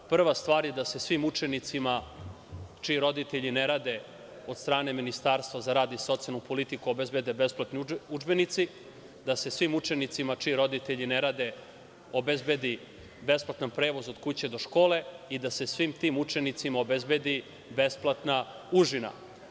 Prva stvar je da se svim učenicima, čiji roditelji ne rade, od strane Ministarstva za rad i socijalnu politiku obezbede besplatni udžbenici, da se svim učenicima, čiji roditelji ne rade, obezbedi besplatan prevoz od kuće do škole i da se svim tim učenicima obezbedi besplatna užina.